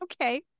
Okay